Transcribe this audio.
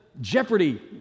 Jeopardy